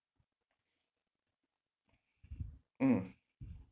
mm